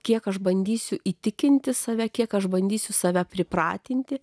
kiek aš bandysiu įtikinti save kiek aš bandysiu save pripratinti